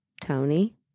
Tony